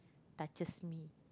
touches me